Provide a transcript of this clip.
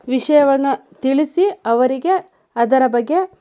ವಿಷಯವನ್ನು ತಿಳಿಸಿ ಅವರಿಗೆ ಅದರ ಬಗ್ಗೆ